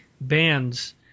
bands